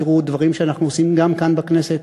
תראו דברים שאנחנו עושים גם כאן בכנסת.